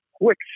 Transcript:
quick